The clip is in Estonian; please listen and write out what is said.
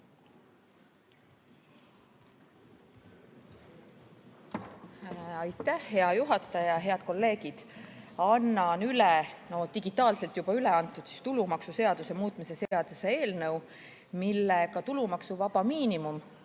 Aitäh, hea juhataja! Head kolleegid! Annan üle, digitaalselt juba antud, tulumaksuseaduse muutmise seaduse eelnõu, mille kohaselt tulumaksuvaba miinimum